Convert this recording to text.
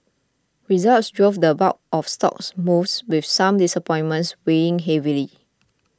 results drove the bulk of stock moves with some disappointments weighing heavily